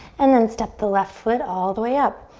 and then step the left foot all the way up.